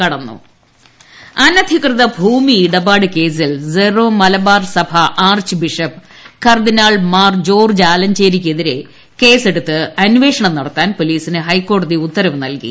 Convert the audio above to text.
ട്ടടടടടടടടടടടടടടടട ഹൈക്കോടതി അനധികൃത ഭൂമി ഇടപാട് കേസിൽ സ്ട്രീറോ മലബാർ സഭ ആർച്ച് ബിഷപ്പ് കർദിനാൾ മാർ ജോർജ്ജ് ആലഞ്ചേരിക്കെതിരെ കേസെടുത്ത് ് അന്വേഷണം നടത്താൻ പൊലീസിന് ഹൈക്കോടതി ഉത്തര്പ് നൽകി